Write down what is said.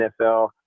NFL